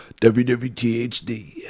WWTHD